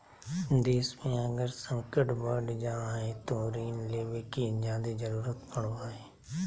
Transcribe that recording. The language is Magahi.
देश मे अगर संकट बढ़ जा हय तो ऋण लेवे के जादे जरूरत पड़ो हय